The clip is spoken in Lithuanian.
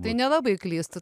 tai nelabai klystu